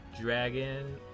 dragon